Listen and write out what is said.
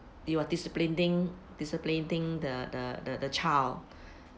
you are disciplining disciplining the the the the child